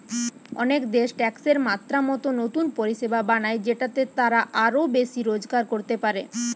অনেক দেশ ট্যাক্সের মাত্রা মতো নতুন পরিষেবা বানায় যেটাতে তারা আরো বেশি রোজগার করতে পারে